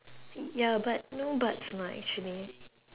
ya but no buts lah actually